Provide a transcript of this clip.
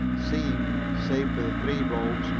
seemed, save for the three boats,